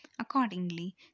Accordingly